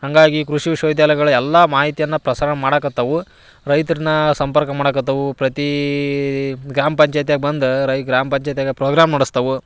ಹಾಗಾಗಿ ಕೃಷಿ ವಿಶ್ವವಿದ್ಯಾಲಯಗಳು ಎಲ್ಲ ಮಾಹಿತಿಯನ್ನ ಪ್ರಸಾರ ಮಾಡಾಕತ್ತಾವು ರೈತ್ರನ್ನು ಸಂಪರ್ಕ ಮಾಡಾಕತ್ತವೂ ಪ್ರತಿ ಗ್ರಾಮ ಪಂಚಾಯ್ತಿಯಾಗ ಬಂದು ರೈ ಗ್ರಾಮ ಪಂಚಾಯ್ತಿಯಾಗ ಪ್ರೋಗ್ರಾಮ್ ನಡೆಸ್ತೇವು